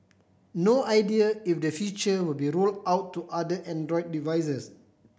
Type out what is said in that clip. no idea if the feature will be roll out to other Android devices